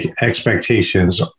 expectations